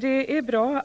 Det är bra